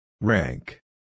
Rank